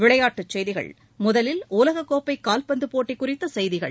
விளையாட்டுச் செய்திகள் முதலில் உலகக்கோப்பை கால்பந்து போட்டிக் குறித்த செய்திகள்